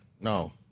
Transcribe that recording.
No